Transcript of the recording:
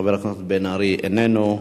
חבר הכנסת בן-ארי, איננו,